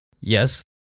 Yes